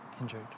injured